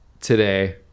today